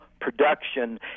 production